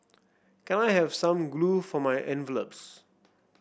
can I have some glue for my envelopes